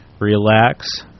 relax